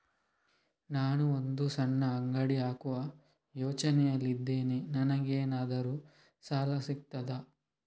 ನಾನು ಒಂದು ಸಣ್ಣ ಅಂಗಡಿ ಹಾಕುವ ಯೋಚನೆಯಲ್ಲಿ ಇದ್ದೇನೆ, ನನಗೇನಾದರೂ ಸಾಲ ಸಿಗ್ತದಾ?